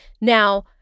Now